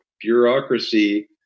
bureaucracy